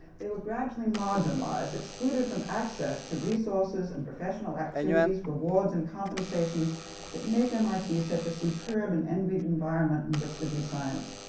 they were gradually marginalized, excluded from access to resources and professional activities, rewards, and compensations that make mit such a superb and envied environment in which to do science.